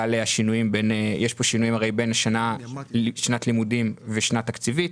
יש פה שינויים בין שנת לימודים ושנה תקציבית,